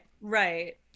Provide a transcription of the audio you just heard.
Right